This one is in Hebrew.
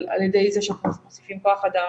על ידי זה שאנחנו מוסיפים כוח אדם,